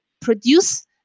produce